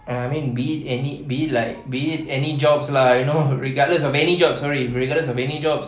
I mean be it any be it like be it any jobs lah you know regardless of any jobs sorry regardless of any jobs